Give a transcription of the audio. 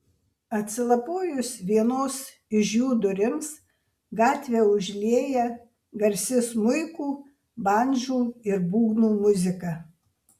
atsilapojus vienos iš jų durims gatvę užlieja garsi smuikų bandžų ir būgnų muzika